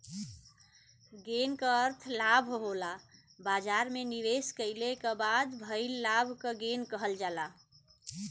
gain क अर्थ लाभ होला बाजार में निवेश कइले क बाद भइल लाभ क गेन कहल जाला